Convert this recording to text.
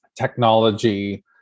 technology